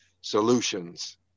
solutions